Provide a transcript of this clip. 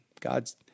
God's